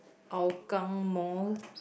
Hougang Mall